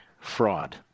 fraud